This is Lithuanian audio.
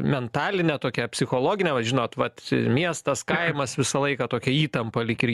mentaline tokia psichologine va žinot vat miestas kaimas visą laiką tokia įtampa lyg ir